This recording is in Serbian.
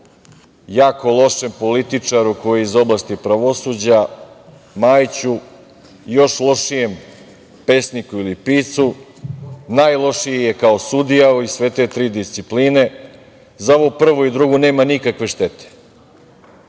jako lošem političaru koji iz oblasti pravosuđa Majiću, još lošijem pesniku ili piscu, najlošiji je kao sudija u sve te tri discipline, za ovu prvu i drugu nama nikakve štete. Znate,